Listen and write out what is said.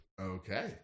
Okay